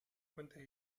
cuentes